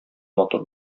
матур